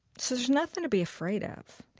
so there's nothing to be afraid of.